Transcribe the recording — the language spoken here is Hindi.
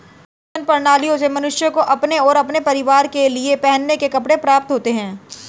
पशुधन प्रणालियों से मनुष्य को अपने और अपने परिवार के लिए पहनने के कपड़े प्राप्त होते हैं